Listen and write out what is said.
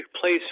place